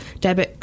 debit